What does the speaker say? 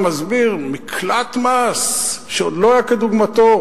ומסביר: מקלט מס שעוד לא היה כדוגמתו.